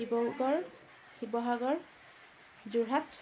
Dibrugarh Sivasagar Jorhat